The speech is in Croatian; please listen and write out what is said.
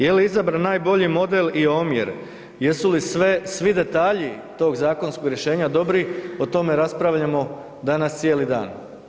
Je li izabran najbolji model i omjer, jesu li svi detalji tog zakonskog rješenja dobri o tome raspravljamo danas cijeli dan.